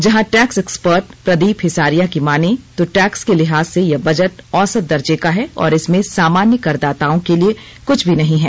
जहां tax expert Pradeep Hisaria की मानें तो टैक्स के लिहाज से यह बजट औसत दर्जे का है और इसमें सामान्य करदाताओं के लिए कुछ भी नहीं है